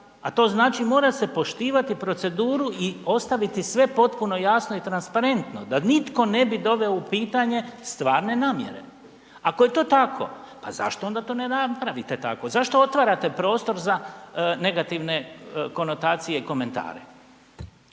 a to znači mora se poštivati proceduru i ostaviti sve potpuno jasno i transparentno da nitko ne bi doveo u pitanje stvarne namjere. Ako je to tako pa zašto to onda ne napravite tako? Zašto otvarate prostor za negativne konotacije i komentare?